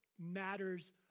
matters